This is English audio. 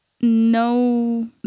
no